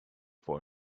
for